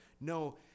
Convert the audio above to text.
No